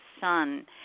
son